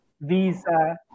visa